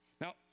Now